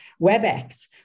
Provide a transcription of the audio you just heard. WebEx